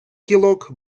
кілок